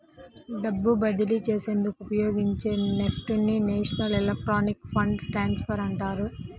డబ్బు బదిలీ చేసేందుకు ఉపయోగించే నెఫ్ట్ ని నేషనల్ ఎలక్ట్రానిక్ ఫండ్ ట్రాన్స్ఫర్ అంటారు